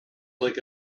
like